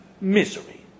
misery